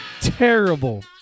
terrible